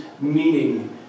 meaning